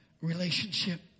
relationship